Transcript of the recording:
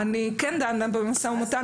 אבל אנחנו לא דנים עכשיו במשא ומתן.